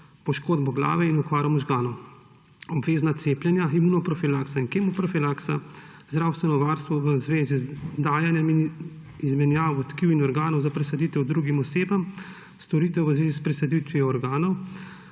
poškodbo glave in okvaro možganov, obvezna cepljenja, imunoprofilakso in kemoprofilakso, zdravstveno varstvo v zvezi z dajanjem in izmenjavo tkiv in organov za presaditev drugim osebam, storitev v zvezi s presaditvijo organov,